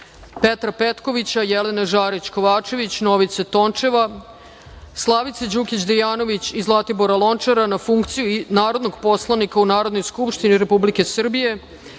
Petra Petkovića, Jelene Žarić Kovačević, Novice Tončeva, Slavice Đukić Dejanović i Zlatibora Lončara na funkciju narodnog poslanika u Narodnoj skupštini Republike Srbije